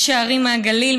ראשי ערים מהגליל,